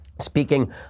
speaking